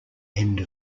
end